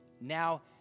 now